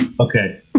Okay